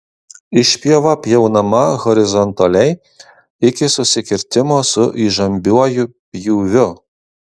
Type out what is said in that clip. išpjova pjaunama horizontaliai iki susikirtimo su įžambiuoju pjūviu